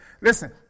Listen